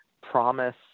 promise